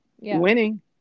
Winning